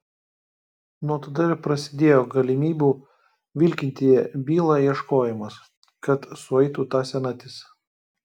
nuo tada ir prasidėjo galimybių vilkinti bylą ieškojimas kad sueitų ta senatis